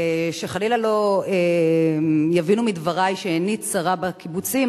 שחלילה לא יבינו מדברי שעיני צרה בקיבוצים,